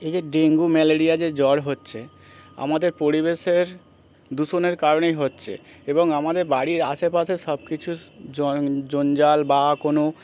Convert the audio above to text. এই যে dengue malaria যে জ্বর হচ্ছে আমাদের পরিবেশের দূষণের কারণেই হচ্ছে এবং আমাদের বাড়ির আশেপাশে সব কিছু জঞ্জাল বা কোনো